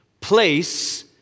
Place